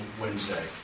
Wednesday